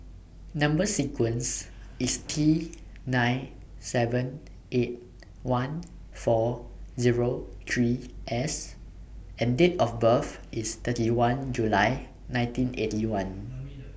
Number sequence IS T nine seven eight one four Zero three S and Date of birth IS thirty one July nineteen Eighty One